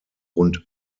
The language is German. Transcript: rund